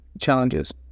challenges